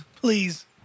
please